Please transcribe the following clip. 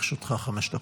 לרשותך חמש דקות.